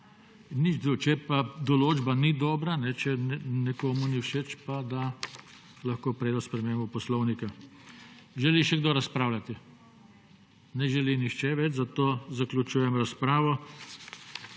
Če pa določba ni dobra, če nekomu ni všeč, pa lahko predlagajo spremembo poslovnika. Želi še kdo razpravljati? (Ne.) Ne želi nihče več, zato zaključujem razpravo.